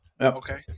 okay